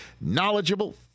knowledgeable